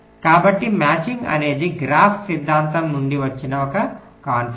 కాబట్టి మ్యాచింగ్ అనేది గ్రాఫ్స్ సిద్ధాంతం నుండి వచ్చిన ఒక కాన్సెప్టు